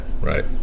Right